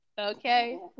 Okay